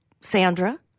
Sandra